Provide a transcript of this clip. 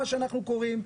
מה שאנחנו קוראים.